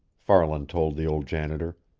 farland told the old janitor.